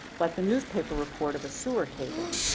like the newspaper report of a sewer cave in.